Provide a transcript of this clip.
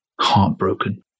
heartbroken